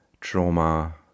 trauma